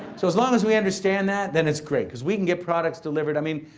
so, as long as we understand that, then it's great cause we can get products delivered, i mean,